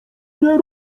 nie